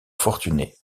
fortunés